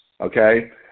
okay